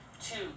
two